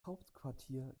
hauptquartier